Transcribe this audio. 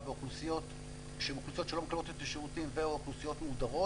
קבוצות שלא מקבלות את השירותים ו/או אוכלוסיות מודרות,